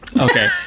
Okay